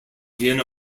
vienna